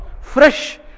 fresh